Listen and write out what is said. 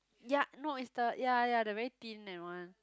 ya no it's the ya ya the very thin that one